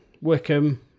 Wickham